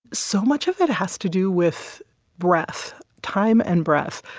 so much of that has to do with breath, time and breath.